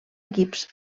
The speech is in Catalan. equips